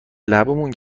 لبمون